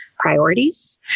Priorities